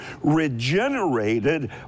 regenerated